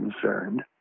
concerned